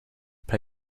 pay